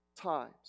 times